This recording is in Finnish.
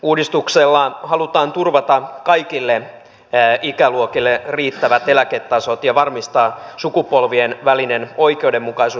uudistuksella halutaan turvata kaikille ikäluokille riittävät eläketasot ja varmistaa sukupolvien välinen oikeudenmukaisuus